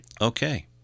okay